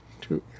two